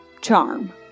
Charm